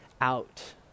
out